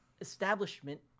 establishment